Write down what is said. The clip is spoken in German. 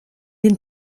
den